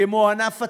כמו ענף התיירות,